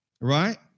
Right